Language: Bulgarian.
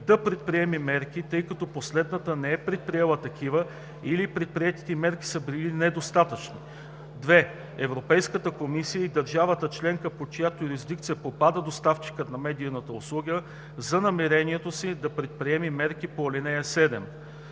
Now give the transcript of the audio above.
2. Европейската комисия и държавата членка, под чиято юрисдикция попада доставчикът на медийната услуга, за намерението си да предприеме мерките по ал. 7.”